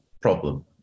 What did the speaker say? problem